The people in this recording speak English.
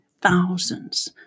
thousands